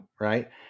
right